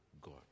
God